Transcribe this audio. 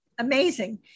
amazing